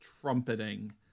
trumpeting